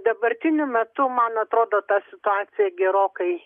dabartiniu metu man atrodo ta situacija gerokai